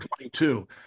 22